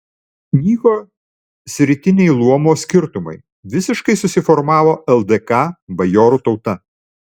nyko sritiniai luomo skirtumai visiškai susiformavo ldk bajorų tauta